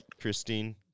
christine